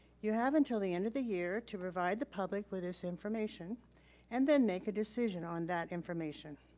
you have until the end of the year to provide the public with this information and then make a decision on that information.